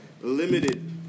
Limited